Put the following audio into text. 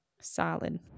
solid